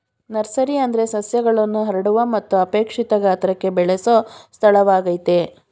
nursery ಅಂದ್ರೆ ಸಸ್ಯಗಳನ್ನು ಹರಡುವ ಮತ್ತು ಅಪೇಕ್ಷಿತ ಗಾತ್ರಕ್ಕೆ ಬೆಳೆಸೊ ಸ್ಥಳವಾಗಯ್ತೆ